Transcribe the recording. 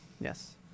Yes